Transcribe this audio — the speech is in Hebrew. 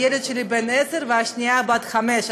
הילד שלי בן עשר והשנייה בת חמש.